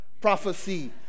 prophecy